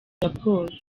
raporo